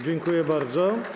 Dziękuję bardzo.